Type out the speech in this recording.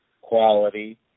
quality